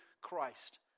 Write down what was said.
Christ